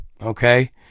Okay